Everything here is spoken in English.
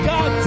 God